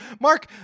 Mark